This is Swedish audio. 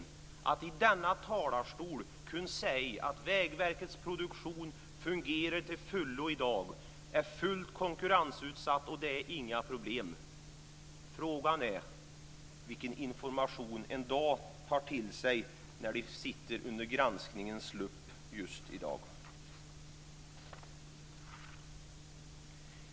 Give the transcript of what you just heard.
Man säger i denna talarstol att Vägverket Produktion fungerar till fullo i dag och är fullt konkurrensutsatt och att det inte är några problem. Frågan är vilken information man då tar till sig när man sitter under granskningens lupp just i dag. Fru talman!